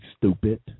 stupid